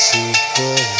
Super